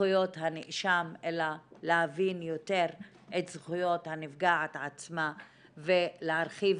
זכויות הנאשם אלא להבין יותר את זכויות הנפגעת עצמה ולהרחיב